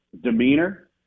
demeanor